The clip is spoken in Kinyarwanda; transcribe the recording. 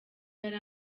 yari